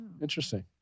interesting